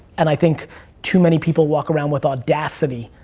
and i think too many people walk around with audacity.